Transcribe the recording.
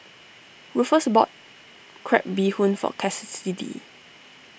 Rufus bought Crab Bee Hoon for Cassidy